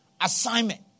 assignment